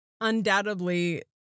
undoubtedly